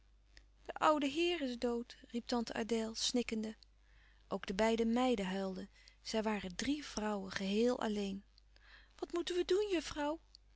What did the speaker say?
de oude heer is dood riep tante adèle snikkende ook de beide meiden huilden zij waren drie vrouwen geheel alleen louis couperus van oude menschen de dingen die voorbij gaan wat moeten we doen juffrouw